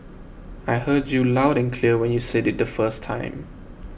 I heard you loud and clear when you said it the first time